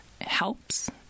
helps